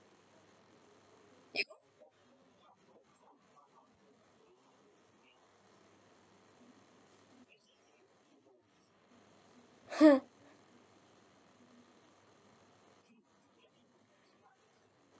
you hmm